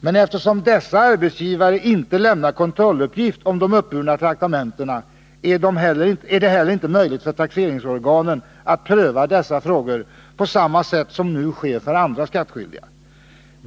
Men eftersom dessa arbetsgivare inte lämnar kontrolluppgift om de uppburna traktamentena är det inte heller möjligt för taxeringsorganen att pröva sådana frågor på samma sätt som nu sker för anställda hos andra arbetsgivare.